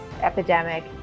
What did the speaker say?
epidemic